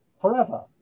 forever